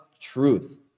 truth